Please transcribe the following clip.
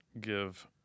give